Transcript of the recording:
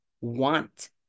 want